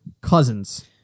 Cousins